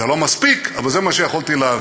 זה לא מספיק, אבל זה מה שיכולתי להביא.